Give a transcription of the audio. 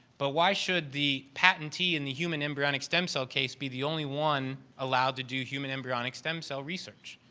but why should the patentee in the human embryonic stem cell case be the only one allowed to do human embryonic stem cell research?